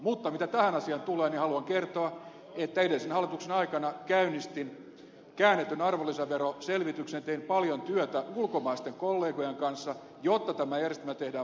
mutta mitä tähän asiaan tulee niin haluan kertoa että edellisen hallituksen aikana käynnistin käännetyn arvonlisäveroselvityksen tein paljon työtä ulkomaisten kollegojen kanssa jotta tämä järjestelmä tehdään mahdolliseksi